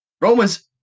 Romans